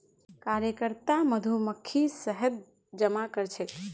कार्यकर्ता मधुमक्खी शहद जमा करछेक